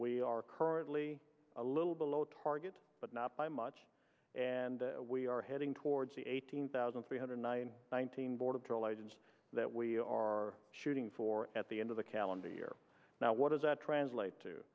we are currently a little below target but not by much and we are heading towards the eighteen thousand three hundred nine thousand border patrol agents that we are shooting for at the end of the calendar year now what does that translate to